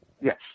Yes